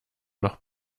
noch